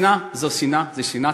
שנאה זה שנאה זה שנאה.